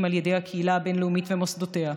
על ידי הקהילה הבין-לאומית ומוסדותיה,